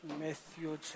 Matthew